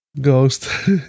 Ghost